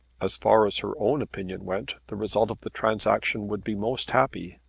as far as her own opinion went the result of the transaction would be most happy.